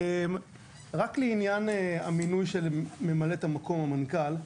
רק לעניין המינוי של ממלאת המקום המנכ"ל,